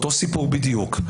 אותו סיפור בדיוק.